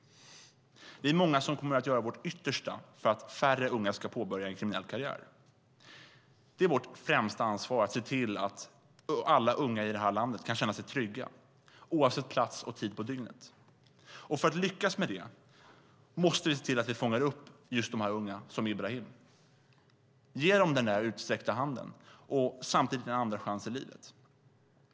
Vi är många som kommer att göra vårt yttersta för att färre unga ska påbörja en kriminell karriär. Det är vårt främsta ansvar att se till att alla unga i det här landet kan känna sig trygga oavsett plats och tid på dygnet. För att lyckas med det måste vi se till att vi fångar upp just de unga som Ibrahim. Ge dem den utsträckta handen och samtidigt en andra chans i livet!